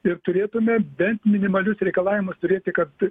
ir turėtume bent minimalius reikalavimus turėti kad